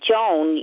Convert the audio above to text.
Joan